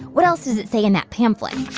what else does it say and that pamphlet?